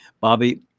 Bobby